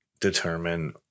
determine